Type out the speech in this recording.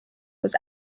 was